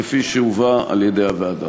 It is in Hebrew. כפי שהובאה על-ידי הוועדה.